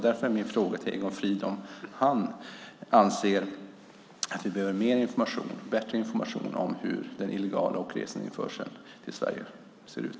Därför är min fråga till Egon Frid om han anser att vi behöver mer och bättre information om hur den illegala införseln och resandeinförseln till Sverige ser ut.